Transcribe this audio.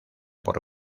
por